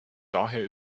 daher